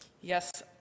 Yes